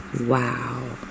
Wow